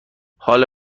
حال